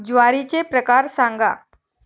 ज्वारीचे प्रकार सांगा